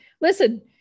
Listen